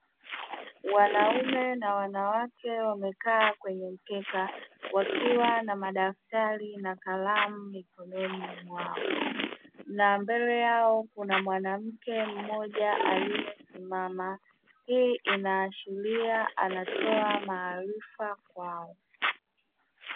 Wanaume na wanawake wamekaa kwenye mkeka wakiwa na madaftari na kalamu mikononi mwao, na mbele yao kuna mwanamke mmoja aliyesimama, hii inaashiria anatoa maarifa kwao.